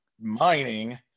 mining